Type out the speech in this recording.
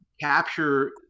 capture